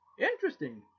Interesting